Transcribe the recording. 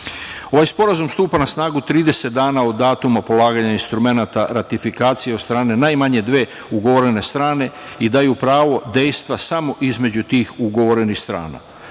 sporazum stupa na snagu 30 dana od datuma polaganja instrumenata ratifikacije od strane najmanje dve ugovorene strane i daju pravo dejstva samo između tih ugovorenih strana.